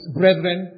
brethren